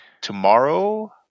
Tomorrow